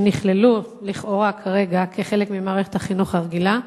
המסחר והתעסוקה שלכאורה נכללים כרגע כחלק ממערכת החינוך הרגילה?